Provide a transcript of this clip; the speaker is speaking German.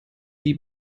die